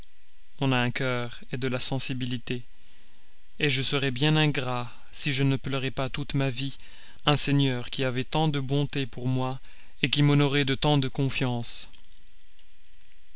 on a un cœur de la sensibilité je serais bien ingrat si je ne pleurais pas toute ma vie un seigneur qui avait tant de bontés pour moi qui m'honorait de tant de confiance